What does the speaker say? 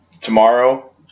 tomorrow